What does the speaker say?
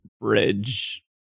bridge